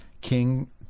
King